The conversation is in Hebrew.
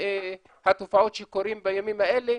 התופעות שקורות בימים האלה,